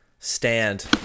stand